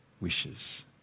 wishes